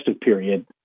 period